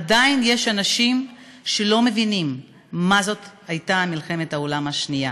עדיין יש אנשים שלא מבינים מה הייתה מלחמת העולם השנייה,